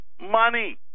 money